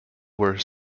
were